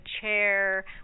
chair